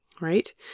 Right